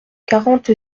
quarante